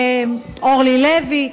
אורלי לוי אבקסיס.